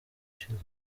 ishize